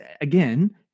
again